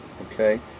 Okay